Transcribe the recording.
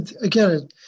Again